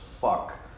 fuck